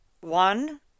one